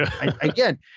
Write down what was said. Again